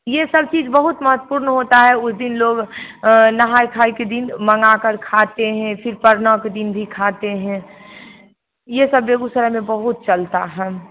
ये सब चीज बहुत महत्वपूर्ण होता है उसे दिन लोग नहाइ खाइ के दिन मंगाकर खाते हैं फिर परना के दिन भी खाते हैं ये सब बेगूसराय में बहुत चलता है